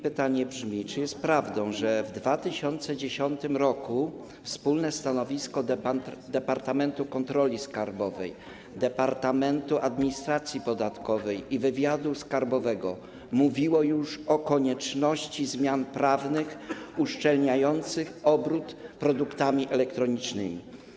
Pytanie brzmi: Czy jest prawdą, że już w 2010 r. wspólne stanowisko Departamentu Kontroli Skarbowej, Departamentu Administracji Podatkowej i Departamentu Wywiadu Skarbowego mówiło o konieczności zmian prawnych uszczelniających obrót produktami elektronicznymi?